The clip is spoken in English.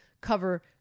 cover